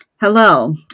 Hello